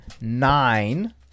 nine